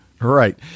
right